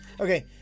Okay